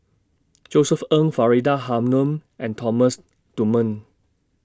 Josef Ng Faridah Hanum and Thomas Dunman